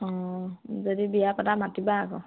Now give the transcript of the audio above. অঁ যদি বিয়া পাতা মাতিবা আকৌ